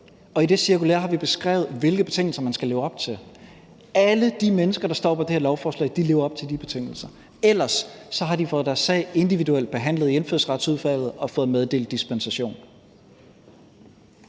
og i det cirkulære har vi beskrevet, hvilke betingelser man skal leve op til. Alle de mennesker, der står på det her lovforslag, lever op til de betingelser, ellers har de fået deres sag individuelt behandlet i Indfødsretsudvalget og fået meddelt dispensation.